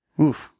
Oof